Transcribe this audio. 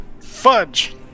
Fudge